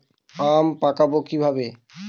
আম পাকাবো কিভাবে?